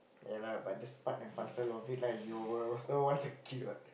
ya lah but that's part and parcel of it lah you will also want a kid what